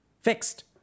Fixed